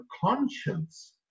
conscience